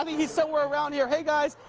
i mean he's somewhere around here. hey, guys,